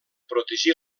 protegir